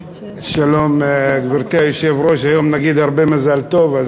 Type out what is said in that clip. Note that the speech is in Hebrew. שלום, גברתי היושבת-ראש, היום נגיד הרבה מזל טוב.